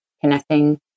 connecting